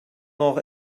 noch